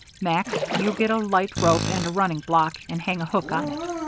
max, you get a light rope and a running block, and hang a hook on it.